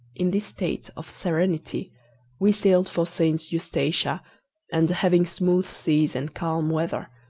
in this state of serenity we sailed for st. eustatia and, having smooth seas and calm weather,